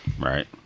Right